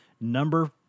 Number